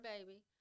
baby